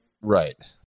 right